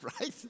Right